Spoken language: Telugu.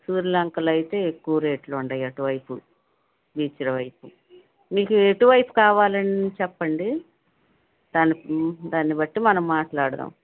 సూర్య లంకలో అయితే ఎక్కువ రేట్లు ఉన్నాయి అటు వైపు బీచ్ల వైపు మీకు ఎటు వైపు కావాలని చెప్పండి దాన్ని దాన్ని బట్టి మనం మాట్లాడుదాం